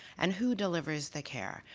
and who delivers the care.